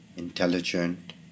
intelligent